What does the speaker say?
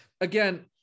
again